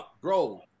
Bro